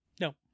No